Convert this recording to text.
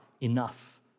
enough